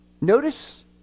Notice